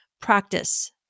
practice